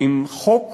עם חוק